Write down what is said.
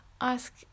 ask